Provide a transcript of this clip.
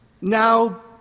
now